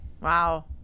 Wow